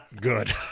good